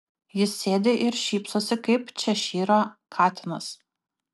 jis sėdi ir šypsosi kaip češyro katinas